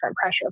pressure